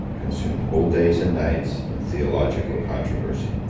consumed whole days and nights in theological controversy.